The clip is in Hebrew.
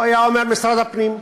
הוא היה אומר: משרד הפנים.